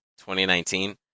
2019